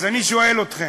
אז אני שואל אתכם: